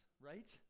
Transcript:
right